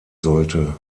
sollte